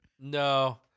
No